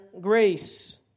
grace